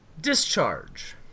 discharge